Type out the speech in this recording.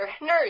nurse